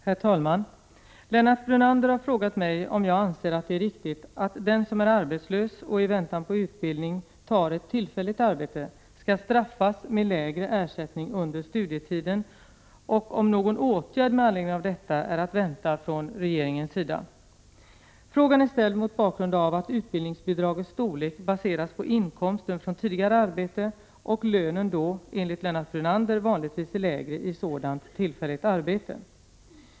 Herr talman! Lennart Brunander har frågat mig om jag anser att det är riktigt att den som är arbetslös och i väntan på utbildning tar ett tillfälligt arbete skall ”straffas” med lägre ersättning under studietiden och om någon åtgärd med anledning av detta är att vänta från regeringens sida. Frågan är ställd mot bakgrund av att utbildningsbidragets storlek baseras på inkomsten från tidigare arbete och lönen då enligt Lennart Brunander vanligtvis är lägre i sådant tillfälligt arbete.